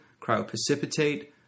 cryoprecipitate